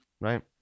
Right